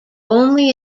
only